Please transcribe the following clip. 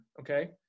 Okay